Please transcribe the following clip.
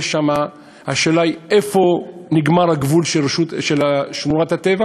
השאלה היא איפה נגמר הגבול של שמורת הטבע